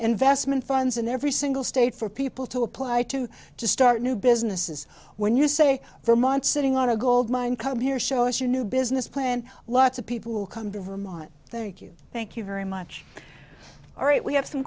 investment funds in every single state for people to apply to to start new businesses when you say vermont sitting on a goldmine come here show us your new business plan lots of people come before mine thank you thank you very much all right we have some